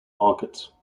market